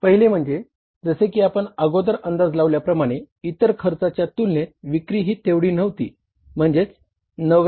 पहिले म्हणजे जसे की आपण अगोदर अंदाज लावल्याप्रमाणे इतर खर्चाच्या तुलनेत विक्री ही तेवढी नव्हती म्हणजेच ते 99